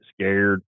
scared